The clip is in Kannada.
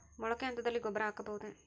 ಮೊಳಕೆ ಹಂತದಲ್ಲಿ ಗೊಬ್ಬರ ಹಾಕಬಹುದೇ?